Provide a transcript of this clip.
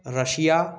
Russia